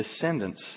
descendants